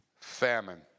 famine